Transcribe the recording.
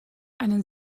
einen